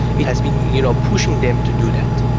it has been you know pushing them to do that.